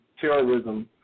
terrorism